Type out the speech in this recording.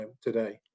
today